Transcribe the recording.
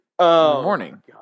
morning